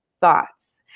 thoughts